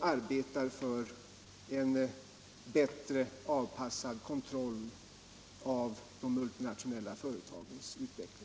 arbetar för en bättre anpassad kontroll av de multinationella företagens utveckling.